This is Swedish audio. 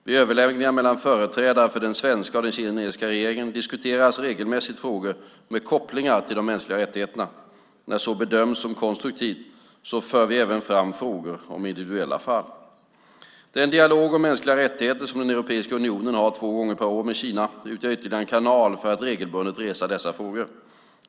Vid överläggningar mellan företrädare för den svenska och den kinesiska regeringen diskuteras regelmässigt frågor med kopplingar till de mänskliga rättigheterna. När så bedöms som konstruktivt för vi även fram frågor om individuella fall. Den dialog om mänskliga rättigheter som Europeiska unionen har två gånger per år med Kina utgör ytterligare en kanal för att regelbundet resa dessa frågor.